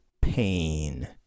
pain